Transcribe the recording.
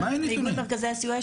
מאיגוד מרכזי הסיוע,